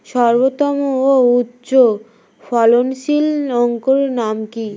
সর্বোত্তম ও উচ্চ ফলনশীল আলুর নাম কি?